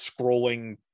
scrolling